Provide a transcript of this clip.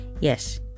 yes